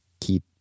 keep